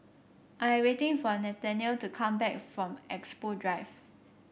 I am waiting for Nathanael to come back from Expo Drive